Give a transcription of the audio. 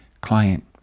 client